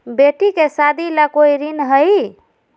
बेटी के सादी ला कोई ऋण हई?